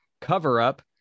cover-up